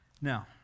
Now